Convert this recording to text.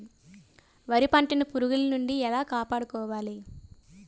వరి పంటను పురుగుల నుండి ఎలా కాపాడుకోవాలి?